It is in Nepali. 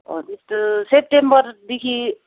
हो त्यस्तो सेप्टेम्बरदेखि